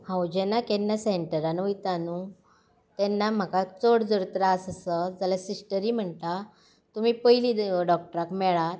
हांव जेन्ना केन्ना सेंटरांत वयता न्हय तेन्ना म्हाका चड जर त्रास आसत जाल्यार सिसटरी म्हणटात तुमी पयली डॉक्टराक मेळा